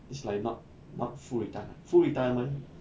it's like not not full retirement full retirement